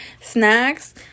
snacks